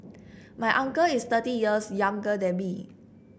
my uncle is thirty years younger than me